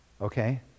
Okay